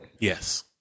Yes